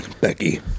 Becky